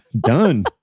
done